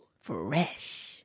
Fresh